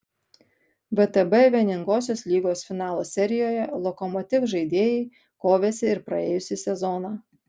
vtb vieningosios lygos finalo serijoje lokomotiv žaidėjai kovėsi ir praėjusį sezoną